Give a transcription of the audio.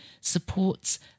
supports